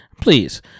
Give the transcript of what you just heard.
Please